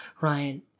ryan